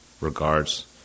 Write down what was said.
regards